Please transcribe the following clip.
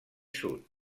sud